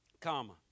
comma